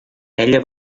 ella